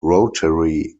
rotary